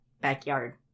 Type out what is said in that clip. backyard